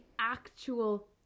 actual